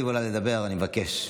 עולה לדבר, אני מבקש.